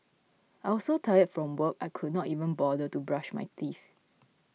I was so tired from work I could not even bother to brush my teeth